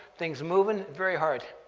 thing's moving very hard.